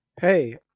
Hey